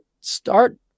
start